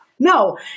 No